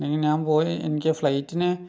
എങ്കിൽ ഞാൻ പോയി എനിക്ക് ഫ്ലൈറ്റിന്